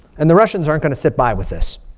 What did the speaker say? and the russians aren't going to sit by with this.